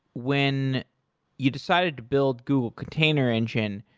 when you decided to build google container engine,